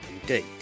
indeed